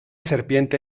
serpiente